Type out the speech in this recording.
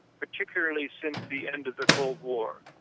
particularly since the end of the cold war.